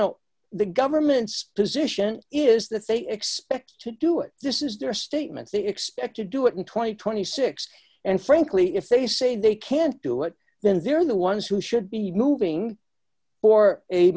know the government's position is that they expect to do it this is their statement they expect to do it in two thousand and twenty six and frankly if they say they can't do it then they're the ones who should be moving or a